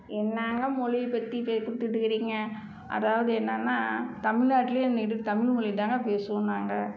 என்னங்க மொழிய பற்றி பேத்திப்புட்டு இருக்கிறீங்க அதாவது என்னன்னால் தமிழ் நாட்டிலே இருந்துக்கிட்டு தமிழ் மொழிதான பேசவோம் நாங்கள்